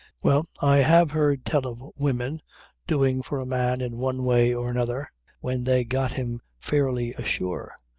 well, i have heard tell of women doing for a man in one way or another when they got him fairly ashore.